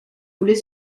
voulait